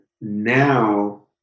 Now